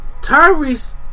Tyrese